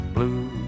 Blue